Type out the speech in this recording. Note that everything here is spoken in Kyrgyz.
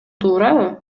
туурабы